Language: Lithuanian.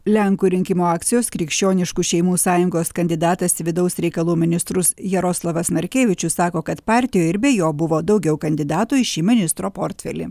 lenkų rinkimų akcijos krikščioniškų šeimų sąjungos kandidatas į vidaus reikalų ministrus jaroslavas narkevičius sako kad partijoj ir be jo buvo daugiau kandidatų į šį ministro portfelį